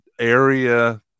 area